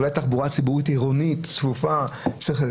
אולי בתחבורה ציבורית עירונית צפופה צריך.